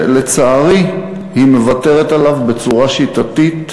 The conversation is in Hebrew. שלצערי היא מוותרת עליו בצורה שיטתית,